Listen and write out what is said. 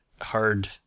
hard